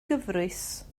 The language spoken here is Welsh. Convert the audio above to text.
gyfrwys